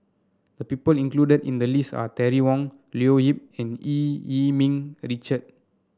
the people included in the list are Terry Wong Leo Yip and Eu Yee Ming Richard